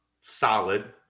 solid